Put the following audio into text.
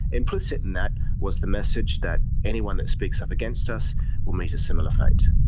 implicit in that was the message that anyone that speaks up against us will meet a similar fate.